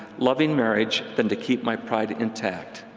loving marriage than to keep my pride intact